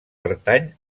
pertany